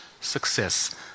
success